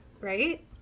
right